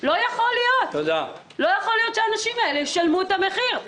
לא יכול להיות שהאנשים האלה ישלמו את המחיר.